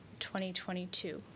2022